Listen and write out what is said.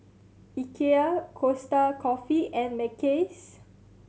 Ikea Costa Coffee and Mackays